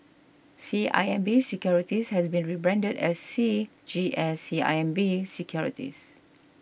C I M B Securities has been rebranded as C G S C I M B Securities